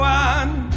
one